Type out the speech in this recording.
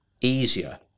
easier